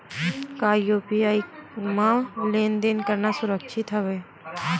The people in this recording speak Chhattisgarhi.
का यू.पी.आई म लेन देन करना सुरक्षित होथे?